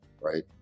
right